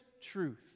truth